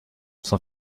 son